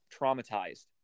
traumatized